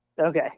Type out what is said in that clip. Okay